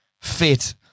fit